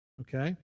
okay